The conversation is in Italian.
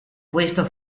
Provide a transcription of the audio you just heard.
questo